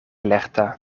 lerta